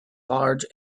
large